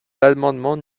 l’amendement